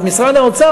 את משרד האוצר,